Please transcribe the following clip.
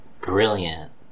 brilliant